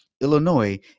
Illinois